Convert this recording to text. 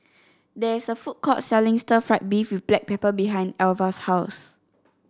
there is a food court selling Stir Fried Beef with Black Pepper behind Alvah's house